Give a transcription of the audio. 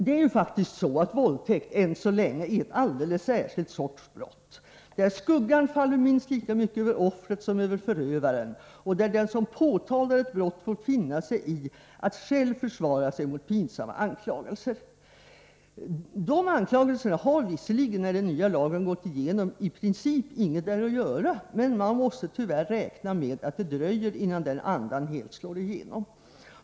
Det är faktiskt så att våldtäkt — än så länge — är en alldeles särskild sorts brott, där skuggan faller minst lika mycket över offret som över förövaren och där den som påtalar ett brott får finna sig i att själv försvara sig mot pinsamma anklagelser. Dessa anklagelser har visserligen, när den nya lagen trätt i kraft, i princip inget i rättegången att göra, men man måste tyvärr räkna med att det dröjer innan den andan helt slår igenom.